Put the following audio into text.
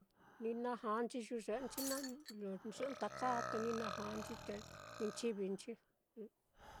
Ni najanchi yuye'enchi naá, lo-lo yɨꞌɨ nda kāā, te ni najanchi te ni nchivi nchi.